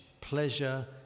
pleasure